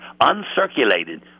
uncirculated